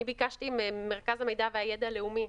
אני ביקשתי ממרכז המידע והידע הלאומי,